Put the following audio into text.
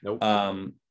Nope